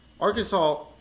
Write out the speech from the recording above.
Arkansas